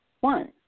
One